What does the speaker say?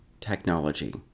technology